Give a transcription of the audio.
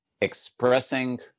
expressing